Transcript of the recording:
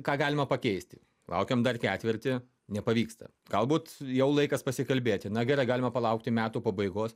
ką galima pakeisti laukiam dar ketvirtį nepavyksta galbūt jau laikas pasikalbėti na gerai galima palaukti metų pabaigos